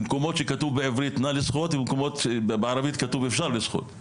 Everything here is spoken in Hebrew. מקומות שכתוב בעברית 'לא לשחות' ובערבית כתוב 'אפשר לשחות'.